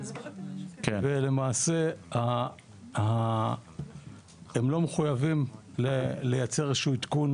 למעשה הממשל המקומי לא מחויבים לייצר עדכון